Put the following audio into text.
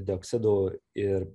dioksido ir